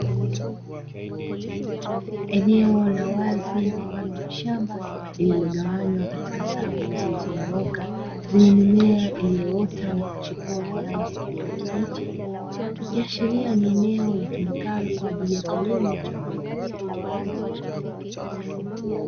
Eneo la wazi mfano wa shamba, lililogawanywa katika safu zilizonyooka zenye mimea iliyoota na kuchipua kwa rangi ya kijani kibichi; ikiashiria ni eneo litumikalo kwa ajili ya kilimo cha mbegu.